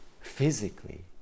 physically